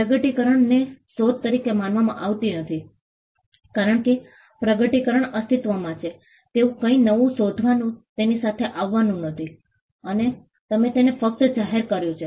પ્રગટીકરણ ને શોધ તરીકે માનવામાં આવતી નથી કારણ કે પ્રગટીકરણ અસ્તિત્વમાં છે તેવું કંઈક નવું શોધવાનું તેની સાથે આવવાનું નથી અને તમે તેને ફક્ત જાહેર કર્યું છે